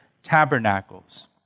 tabernacles